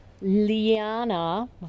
Liana